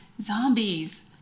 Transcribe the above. Zombies